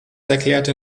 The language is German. erklärte